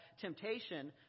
temptation